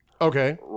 Okay